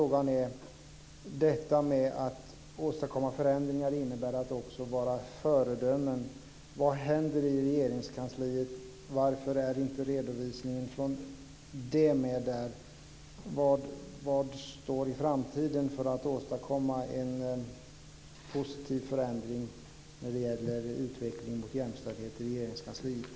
Den andra frågan: Att åstadkomma förändringar innebär också att vara föredöme. Vad händer i Regeringskansliet? Varför är inte redovisningen från Regeringskansliet med här? Vad står att göra i framtiden för att åstadkomma en positiv förändring när det gäller utveckling mot jämställdhet i Regeringskansliet?